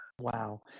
wow